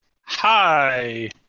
Hi